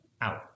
out